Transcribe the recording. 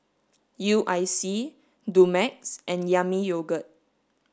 U I C Dumex and yami yogurt